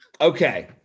Okay